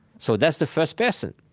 so that's the first-person.